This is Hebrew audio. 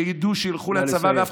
שידעו שילכו לצבא, נא לסיים.